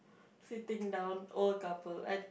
sitting down old couple I